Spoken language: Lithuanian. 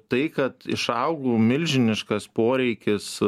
tai kad išaugo milžiniškas poreikis